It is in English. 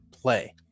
play